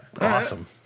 awesome